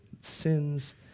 sins